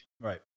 Right